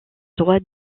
droit